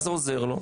מה זה עוזר לו?